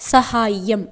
साहाय्यम्